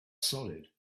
solid